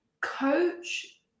Coach